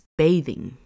bathing